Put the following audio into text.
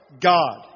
God